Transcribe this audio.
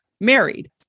married